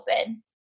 open